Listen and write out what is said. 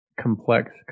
complex